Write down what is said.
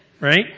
Right